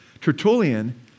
Tertullian